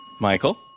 Michael